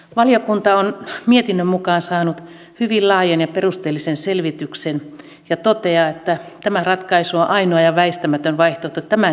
valiokunta on mietinnön mukaan saanut hyvin laajan ja perusteellisen selvityksen ja toteaa että tämä ratkaisu on ainoa ja väistämätön vaihtoehto tämänhetkisessä tilanteessa